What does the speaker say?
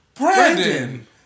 Brandon